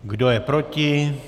Kdo je proti?